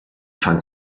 fand